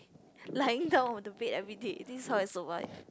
lying down on the bed everyday is this how I survive